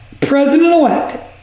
President-elect